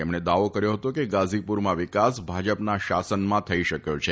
તેમણે દાવો કર્યો હતો કે ગાઝીપુરમાં વિકાસ ભાજપના શાસનમાં થઇ શક્યો છે